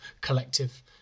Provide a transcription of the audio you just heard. collective